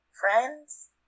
friends